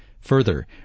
Further